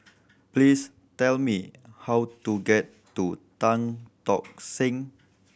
please tell me how to get to Tan Tock Seng